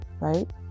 right